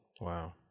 Wow